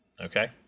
okay